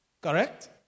Correct